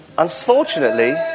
Unfortunately